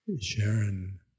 Sharon